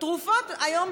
תרופות היום,